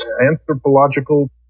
anthropological